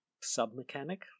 sub-mechanic